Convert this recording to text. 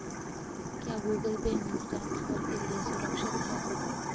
क्या Google Pay money transfer के लिए सुरक्षित है?